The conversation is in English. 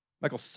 Michael